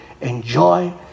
enjoy